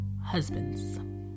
husbands